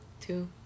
Two